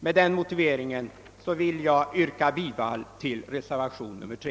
Med den motiveringen vill jag yrka bifall till reservationen 3.